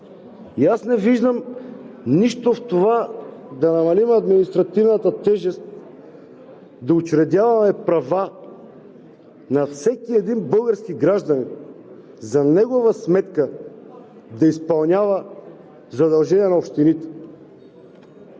И аз не виждам как с това да намалим административната тежест – да учредяваме права на всеки един български гражданин за негова сметка да изпълнява задължения на общините.